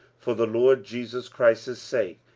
for the lord jesus christ's sake,